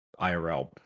irl